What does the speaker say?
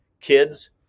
kids